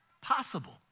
possible